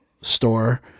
store